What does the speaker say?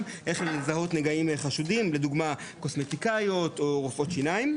איך לזהות נגעים חשודים לדוגמה כמו קוסמטיקאיות או רופאות שיניים,